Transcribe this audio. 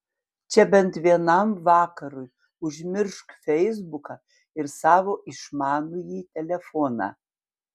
čia bent vienam vakarui užmiršk feisbuką ir savo išmanųjį telefoną